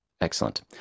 excellent